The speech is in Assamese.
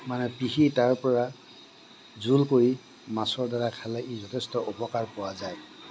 মানে পিহি তাৰপৰা জোল কৰি মাছৰ দ্বাৰা খালে ই যথেষ্ট উপকাৰ পোৱা যায়